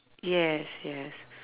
yes yes